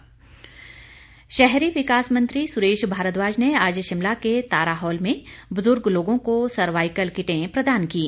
सुरेश भारद्वाज शहरी विकास मंत्री सुरेश भारद्वाज ने आज शिमला के तारा हॉल में बुजुर्ग लोगों को सरवाइकल किटें प्रदान कीं